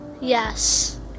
Yes